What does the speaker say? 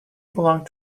belonged